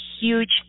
huge